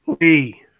Lee